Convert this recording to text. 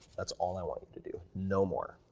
that's all i want you to do, no more,